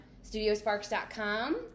Studiosparks.com